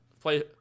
play –